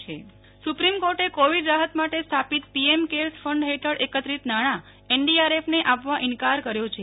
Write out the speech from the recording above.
નેહલ ઠક્કર સર્વોચ્ચ અદાલત PM cares supreme court covid રાહત માટે સ્થાપિત પીએમ કેર્સ ફંડ હેઠળ એકત્રિત નાણાં એનડીઆરએફને આપવા ઈનકાર કર્યો છે